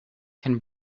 can